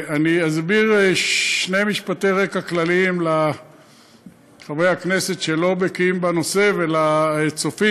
אני אסביר בשני משפטי רקע כלליים לחברי הכנסת שלא בקיאים בנושא ולצופים.